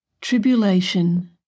tribulation